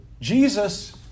Jesus